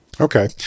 Okay